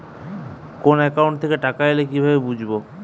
কোন একাউন্ট থেকে টাকা এল কিভাবে বুঝব?